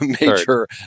Major